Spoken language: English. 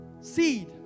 seed